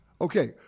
Okay